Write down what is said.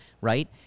Right